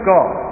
God